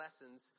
lessons